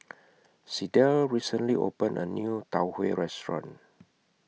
Sydell recently opened A New Tau Huay Restaurant